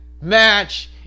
match